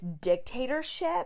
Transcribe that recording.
dictatorship